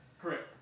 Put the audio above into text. Correct